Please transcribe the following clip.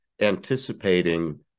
anticipating